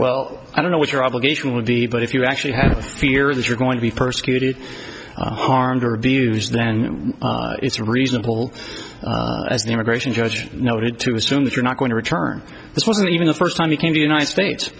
well i don't know what your obligation would be but if you actually have a fear is that you're going to be persecuted harmed or abused then it's reasonable as the immigration judge noted to assume that you're not going to return this wasn't even the first time you came to united states